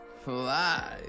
fly